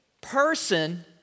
person